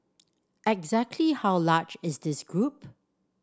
exactly how large is this group